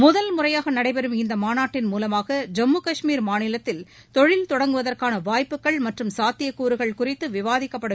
முதல் முறையாக நடைபெறும் இந்த மாநாட்டின் மூவமாக ஜம்மு கஷ்மீர் மாநிலத்தில் தொழில் தொடங்குவதற்கான வாய்ப்புகள் மற்றும் சாத்தியக்கூறுகள் குறித்து விவாதிக்கப்படும்